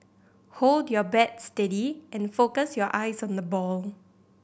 hold your bat steady and focus your eyes on the ball